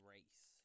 Race